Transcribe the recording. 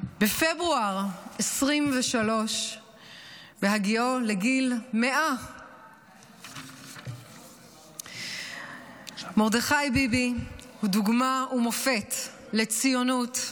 בפברואר 2023 בהגיעו לגיל 100. מרדכי ביבי הוא דוגמה ומופת לציונות,